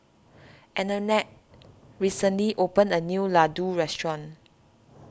Annette recently opened a new Ladoo restaurant